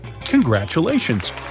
congratulations